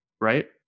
right